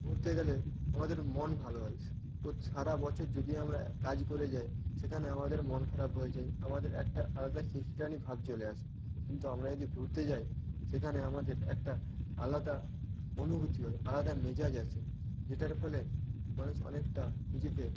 ঘুরতে গেলে আমাদের মন ভালো হয় পোত সারা বছর যদি আমরা কাজ করে যায় সেখানে আমাদের মন খারাপ হয়ে যায় আমাদের একটা আলাদা খিটখিটানি ভাব চলে আসে কিন্তু আমরা যদি ঘুরতে যায় সেখানে আমাদের একটা আলাদা অনুভূতি হয় আলাদা মেজাজ আসে যেটার ফলে মানুষ অনেকটা নিজেকে